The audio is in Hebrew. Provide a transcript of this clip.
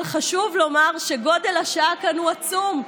אבל חשוב לומר שגודל השעה כאן הוא עצום,